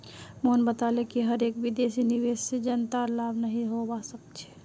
मोहन बताले कि हर एक विदेशी निवेश से जनतार लाभ नहीं होवा सक्छे